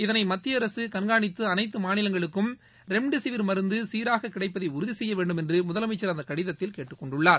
இதனை மத்திய அரசு கண்காணித்து அனைத்து மாநிலங்களுக்கும் ரெம்டெசிவிர் மருந்து சீராக கிடைப்பதை உறுதி செய்ய வேண்டுமென்று முதலமைச்சள் அந்த கடிதத்தில் கேட்டுக் கொண்டுள்ளார்